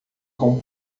com